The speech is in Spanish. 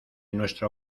nuestro